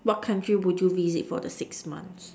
what country would you visit for the six months